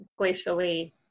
glacially